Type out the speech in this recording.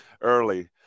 Early